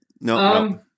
no